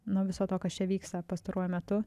nuo viso to kas čia vyksta pastaruoju metu